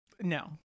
No